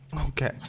Okay